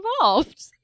involved